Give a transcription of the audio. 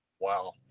Wow